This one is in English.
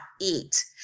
eat